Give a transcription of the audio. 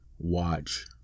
watch